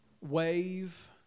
wave